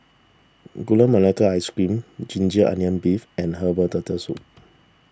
Gula Melaka Ice Cream Ginger Onions Beef and Herbal Turtle Soup